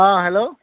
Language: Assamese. অঁ হেল্ল'